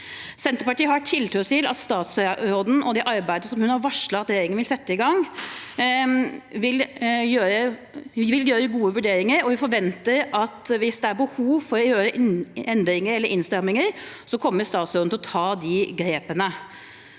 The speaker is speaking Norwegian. Senterpartiet har tiltro til at statsråden i det arbeidet som hun har varslet at regjeringen vil sette i gang, vil gjøre gode vurderinger, og vi forventer at hvis det er behov for å gjøre endringer eller innstramminger, kommer statsråden til å ta de grepene.